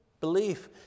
belief